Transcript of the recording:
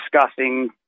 discussing